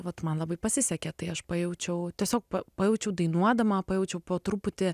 vat man labai pasisekė tai aš pajaučiau tiesiog pajaučiau dainuodama pajaučiau po truputį